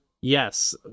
Yes